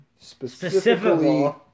Specifically